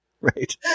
Right